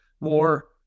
more